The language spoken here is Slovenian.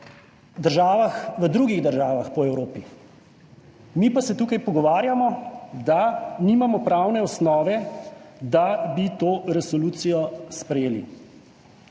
v drugih državah po Evropi, mi pa se tukaj pogovarjamo, da nimamo pravne osnove, da bi to resolucijo sprejeli.